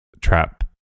trap